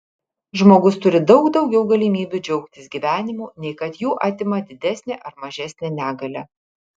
žmogus turi daug daugiau galimybių džiaugtis gyvenimu nei kad jų atima didesnė ar mažesnė negalia